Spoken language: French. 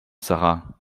sara